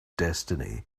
destiny